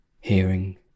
Hearing